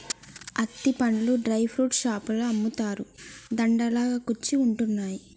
అత్తి పండ్లు dry fruits షాపులో అమ్ముతారు, దండ లాగా కుచ్చి ఉంటున్నాయి